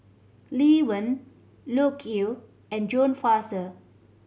Lee Wen Loke Yew and John Fraser